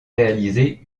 réaliser